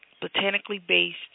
botanically-based